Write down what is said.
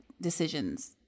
decisions